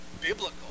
biblical